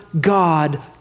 God